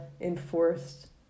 enforced